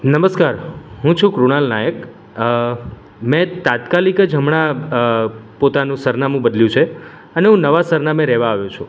નમસ્કાર હું છું કૃણાલ નાયક મેં તાત્કાલિક જ હમણાં પોતાનું સરનામું બદલ્યું છે અને હું નવા સરનામે રહેવા આવ્યો છું